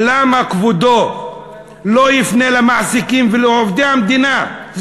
למה כבודו לא יפנה למעסיקים ולעובדי המדינה,